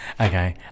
okay